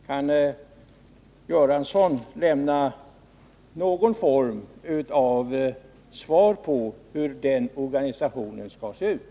Kan Olle Göransson lämna någon form av svar på min fråga?